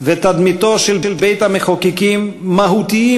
ותדמיתו של בית-המחוקקים מהותיים